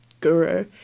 guru